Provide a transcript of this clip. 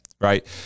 Right